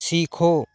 सीखो